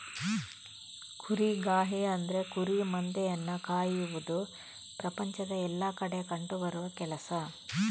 ಕುರಿಗಾಹಿ ಅಂದ್ರೆ ಕುರಿ ಮಂದೆಯನ್ನ ಕಾಯುವುದು ಪ್ರಪಂಚದ ಎಲ್ಲಾ ಕಡೆ ಕಂಡು ಬರುವ ಕೆಲಸ